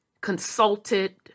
consulted